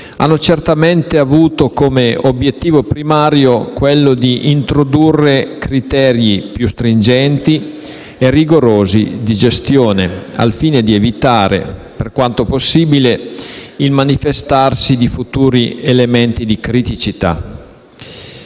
hanno certamente avuto come obiettivo primario quello di introdurre criteri più stringenti e rigorosi di gestione, al fine di evitare, per quanto possibile, il manifestarsi di futuri elementi di criticità.